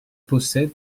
possède